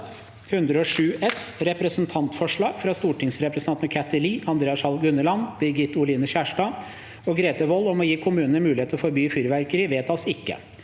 om Representantforslag fra stortingsrepresentantene Kathy Lie, Andreas Skjalg Unneland, Birgit Oline Kjerstad og Grete Wold om å gi kommunene mulighet til å forby fyrverkeri (Innst.